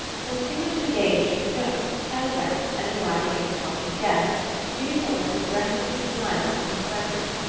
was too much engaged with notes, telegrams and arriving and departing guests, to do more than breathlessly smile upon his presence,